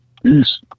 Peace